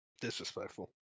Disrespectful